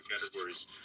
categories